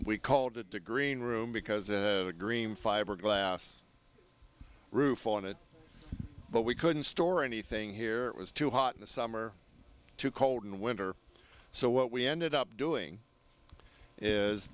we called it the green room because a green fiberglass roof on it but we couldn't store anything here it was too hot in the summer too cold in the winter so what we ended up doing is